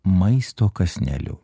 maisto kąsneliu